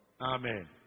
Amen